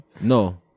no